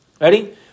Ready